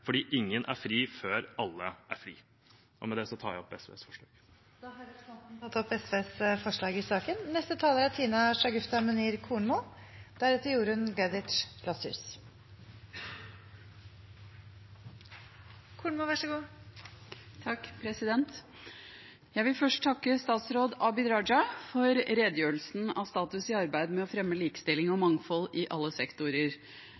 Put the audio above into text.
ingen er fri før alle er fri. Med det tar jeg opp SVs forslag. Representanten Freddy André Øvstegård har tatt opp de forslagene han refererte til. Jeg vil først takke statsråd Abid Q. Raja for redegjørelsen om status i arbeidet med å fremme likestilling og mangfold i alle sektorer.